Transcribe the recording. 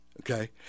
Okay